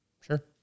Sure